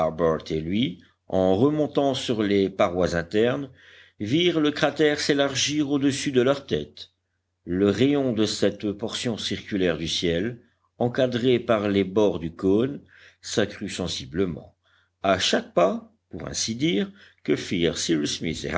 lui en remontant sur les parois internes virent le cratère s'élargir au-dessus de leur tête le rayon de cette portion circulaire du ciel encadrée par les bords du cône s'accrut sensiblement à chaque pas pour ainsi dire que firent